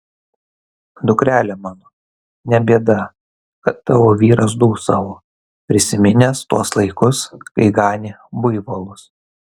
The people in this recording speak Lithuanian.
dukrele mano ne bėda kad tavo vyras dūsavo prisiminęs tuos laikus kai ganė buivolus